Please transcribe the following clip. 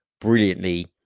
brilliantly